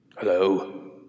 Hello